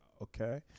Okay